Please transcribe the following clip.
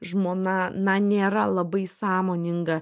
žmona na nėra labai sąmoninga